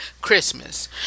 christmas